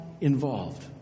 involved